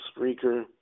speaker